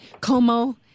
Como